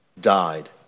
died